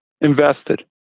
invested